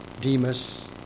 Demas